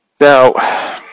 Now